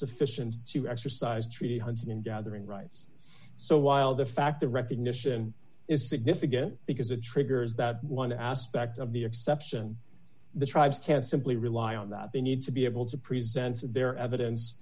sufficient to exercise treaty hunting and gathering rights so while the fact the recognition is significant because it triggers that one aspect of the exception the tribes can't simply rely on that they need to be able to present their evidence